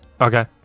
okay